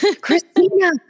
Christina